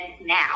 now